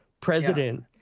president